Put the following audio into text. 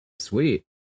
Sweet